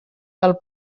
del